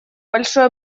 большой